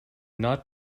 not